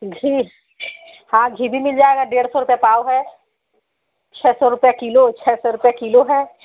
घी हाँ घी भी मिल जाएगा डेढ़ सौ रुपये पाव है छः सौ रुपये किलो छः सौ रुपये किलो है